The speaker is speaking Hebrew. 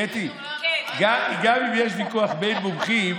קטי, גם אם יש ויכוח בין מומחים,